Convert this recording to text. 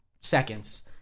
seconds